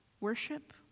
worship